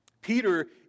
Peter